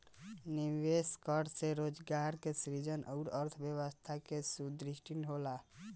निवेश करे से रोजगार के सृजन अउरी अर्थव्यस्था के सुदृढ़ीकरन होला